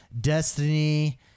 Destiny